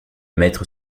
maître